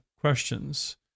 questions